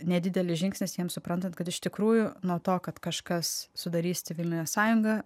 nedidelis žingsnis jiems suprantant kad iš tikrųjų nuo to kad kažkas sudarys civilinę sąjungą